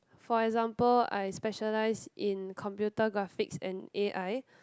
for example I specialise in computer graphics and a_i